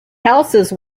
houses